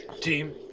Team